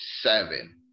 seven